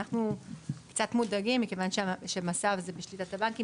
אנחנו קצת מודאגים מכיוון שמס"ב זה בשליטת הבנקים,